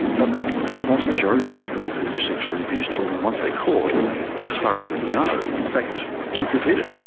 but the vast majority of people who sexually abuse children, once they're caught as far as we know, in fact don't repeat it.